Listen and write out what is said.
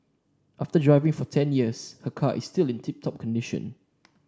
after driving for ten years her car is still in tip top condition